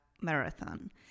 marathon